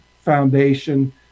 foundation